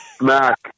Mac